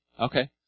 okay